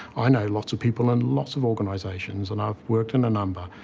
i know lots of people in lots of organisations and i've worked in a number.